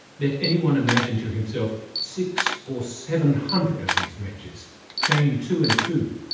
let any one imagine to himself six or seven hundred of these wretches chained two and two,